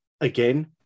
again